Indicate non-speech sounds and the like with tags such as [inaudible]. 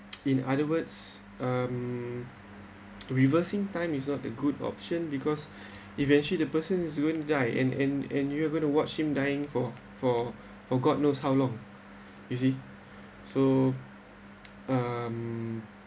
[noise] in other words um [noise] reversing time is not a good option because eventually the person is going die and and and you're going to watch him dying for~ for~ for god knows how long you see so um